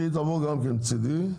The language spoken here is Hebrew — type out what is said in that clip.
שהיא תבוא גם כן, מצדי.